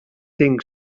think